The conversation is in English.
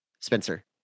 spencer